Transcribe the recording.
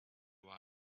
why